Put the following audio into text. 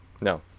No